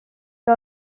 que